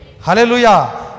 Hallelujah